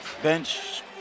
Bench